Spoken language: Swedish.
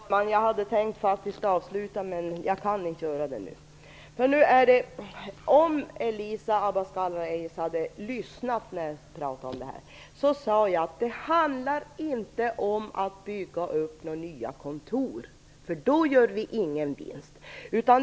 Fru talman! Jag hade faktiskt tänkt avsluta debatten, men jag kan inte göra det nu. Om Elisa Abascal Reyes hade lyssnat när jag talade om detta hade hon hört att jag sade att det inte handlar om att bygga upp några nya kontor. Då gör vi ingen vinst.